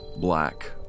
black